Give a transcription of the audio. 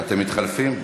אתם מתחלפים?